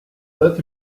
that